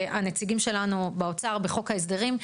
הנציגים שלנו באוצר, בחוק ההסדרים.